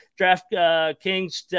DraftKings